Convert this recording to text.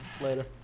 Later